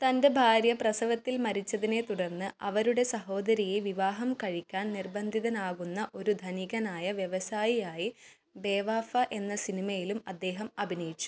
തന്റെ ഭാര്യ പ്രസവത്തില് മരിച്ചതിനെ തുടര്ന്ന് അവരുടെ സഹോദരിയെ വിവാഹം കഴിക്കാൻ നിർബന്ധിതനാകുന്ന ഒരു ധനികനായ വ്യവസായിയായി ബേവാഫ എന്ന സിനിമയിലും അദ്ദേഹം അഭിനയിച്ചു